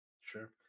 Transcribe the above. Sure